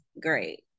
great